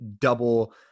double